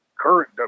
current